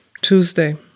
Tuesday